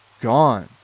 gone